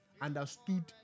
understood